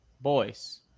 boys